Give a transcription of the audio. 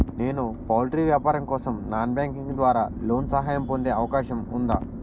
నేను పౌల్ట్రీ వ్యాపారం కోసం నాన్ బ్యాంకింగ్ ద్వారా లోన్ సహాయం పొందే అవకాశం ఉందా?